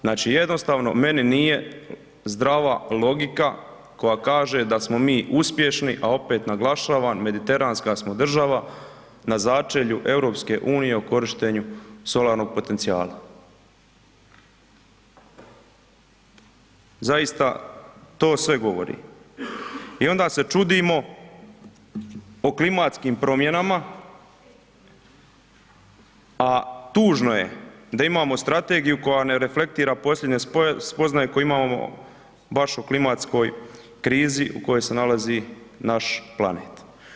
Znači jednostavno meni nije zdrava logika koja kaže da smo mi uspješni, a opet naglašavam mediteranska smo država na začelju EU o korištenju solarnog potencijala, zaista to sve govori i onda se čudimo o klimatskim promjenama, a tužno je da imamo strategiju koja ne reflektira posljednje spoznaje koje imamo baš o klimatskoj krizi u kojoj se nalazi naš planet.